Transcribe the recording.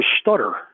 stutter